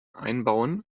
einbauen